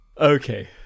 Okay